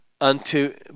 unto